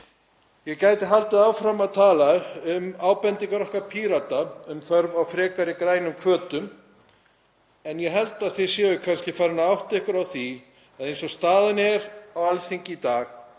Ég gæti haldið áfram að tala um ábendingar okkar Pírata um þörf á frekari grænum hvötum en ég held að þið séuð kannski farin að átta ykkur á því að eins og staðan er á Alþingi í dag